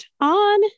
on